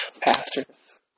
pastors